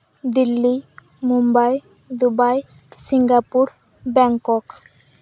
Delhi Mumbai Dubai Singapore Bangkok